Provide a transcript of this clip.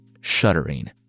shuddering